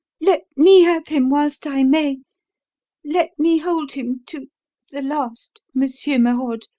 let me have him whilst i may let me hold him to the last, monsieur merode.